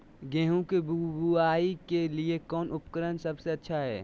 गेहूं के बुआई के लिए कौन उपकरण सबसे अच्छा है?